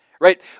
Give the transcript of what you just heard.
Right